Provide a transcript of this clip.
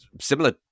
Similar